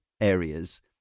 areas